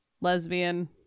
lesbian